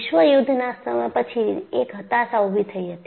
વિશ્વ યુદ્ધના પછી એક હતાશા ઉભી થઈ હતી